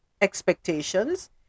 expectations